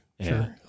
sure